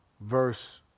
verse